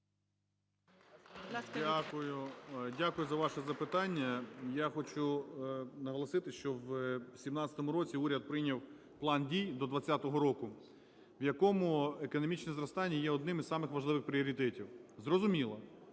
Дякую за ваше запитання. Я хочу наголосити, що в 2017 році уряд прийняв План дій до 2020 року, в якому економічне зростання одним із самих важливих пріоритетів. Зрозуміло,